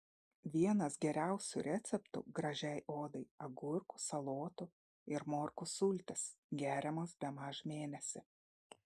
vienas geriausių receptų gražiai odai agurkų salotų ir morkų sultys geriamos bemaž mėnesį